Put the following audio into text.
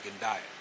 diet